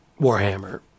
warhammer